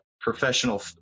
professional